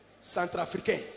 Centrafricain